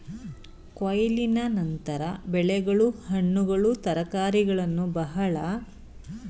ಕೊಯ್ಲಿನ ನಂತರ ಬೆಳೆಗಳು ಹಣ್ಣುಗಳು ತರಕಾರಿಗಳನ್ನು ಬಹಳ ಕಾಲದವರೆಗೆ ಬಳಸುವ ಸಲುವಾಗಿ ಸಂಗ್ರಹಣೆಯು ಮುಖ್ಯವಾಗ್ತದೆ